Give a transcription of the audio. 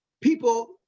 people